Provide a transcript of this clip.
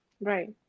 Right